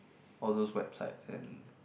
all those websites and